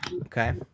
okay